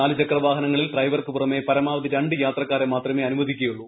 നാല് ചക്രവാഹനങ്ങളിൽ ഡ്രൈവർക്ക് പുറമേ പരമാവധി രണ്ട് യാത്രക്കാരെ മാത്രമേ അനുവദിക്കുകയുള്ളൂ